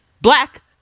black